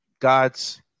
God's